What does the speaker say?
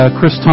Chris